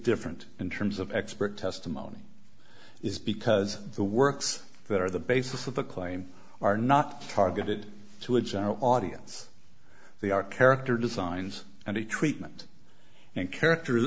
different in terms of expert testimony is because the works that are the basis of the claim are not targeted to a general audience they are character designs and a treatment and character